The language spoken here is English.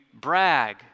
brag